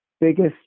biggest